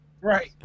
Right